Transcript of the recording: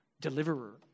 deliverer